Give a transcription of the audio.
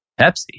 Pepsi